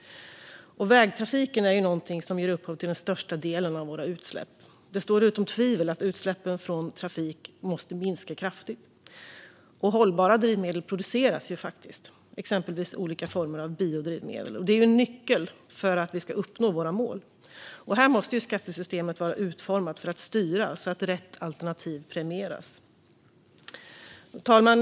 Vägtrafiken ger upphov till den största delen av våra utsläpp. Det står utom tvivel att utsläppen från trafik måste minska kraftigt. Hållbara drivmedel produceras faktiskt, exempelvis olika former av biodrivmedel. Det är en nyckel för att vi ska uppnå våra mål, och här måste skattesystemet vara utformat för att styra så att rätt alternativ premieras. Fru talman!